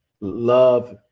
love